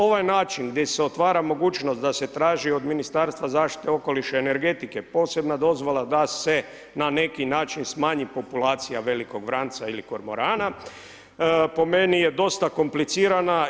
Ovaj način gdje se otvara mogućnost da se traži od Ministarstva zaštite okoliša i energetike posebna dozvola da se na neki način smanji populacija velikog vranca ili kormorana po meni je dosta komplicirana.